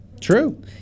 True